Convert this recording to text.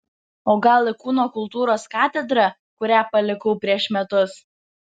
o gal į kūno kultūros katedrą kurią palikau prieš metus